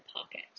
pocket